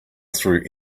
through